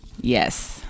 Yes